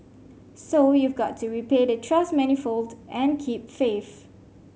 so you've got to repay the trust manifold and keep faith